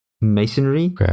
masonry